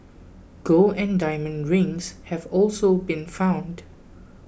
gold and diamond rings have also been found